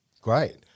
Great